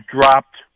dropped